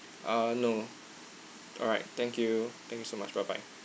uh no alright thank you thank you so much bye bye